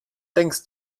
denkst